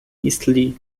eastleigh